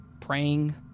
praying